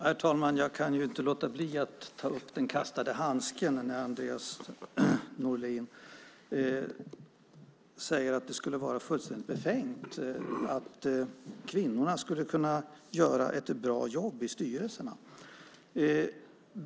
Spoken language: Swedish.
Herr talman! Jag kan inte låta bli att ta upp den kastade handsken. Andreas Norlén säger att det skulle vara fullständigt befängt att tro att kvinnorna skulle kunna göra ett bra jobb i styrelserna.